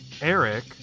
eric